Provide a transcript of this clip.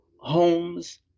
homes